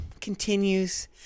continues